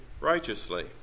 righteously